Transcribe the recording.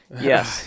Yes